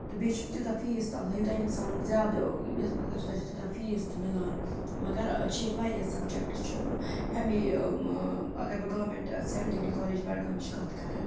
تہٕ بیٚیہِ چھُ تیوٗتاہ فیٖس تہِ آسان یوٗتاہ اِنسان زیادٕ یَتھ منٛز تیوٗتاہ چھُ تیوٗتاہ فیٖس تہِ مِلان مگر چھِ ییٚتہِ واریاہ سَبجَکٹٕس چھِ اٮ۪م اے اگر بہٕ گورمٮ۪نٛٹ سیم ڈِگری کالیج بَڈگامٕچ کَتھ کَرٕ